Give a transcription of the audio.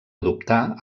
adoptà